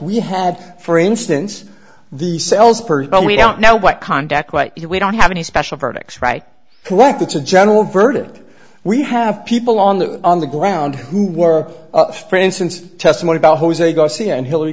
have for instance the sales person we don't know what contact what we don't have any special products right collect it's a general verdict we have people on the on the ground who were up for instance testimony about jose garcia and hillary